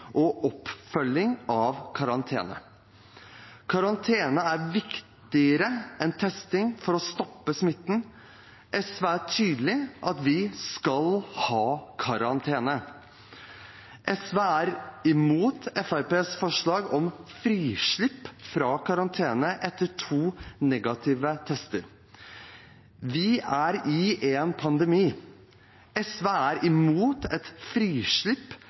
for å stoppe smitten. SV er tydelig på at vi skal ha karantene. SV er imot Fremskrittspartiets forslag om frislipp fra karantene etter to negative tester. Vi er i en pandemi. SV er imot et